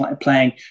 playing